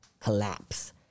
collapse